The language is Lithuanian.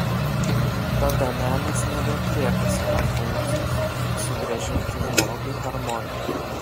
tada menas nebeatlieka savo funkcijos sugrąžinti žmogui harmoniją